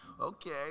Okay